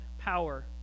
power